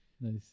nice